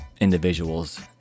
individuals